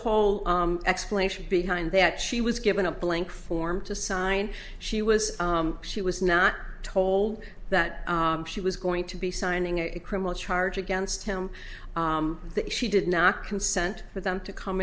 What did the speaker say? whole explanation behind that she was given a blank form to sign she was she was not told that she was going to be signing a criminal charge against him that she did not consent for them to come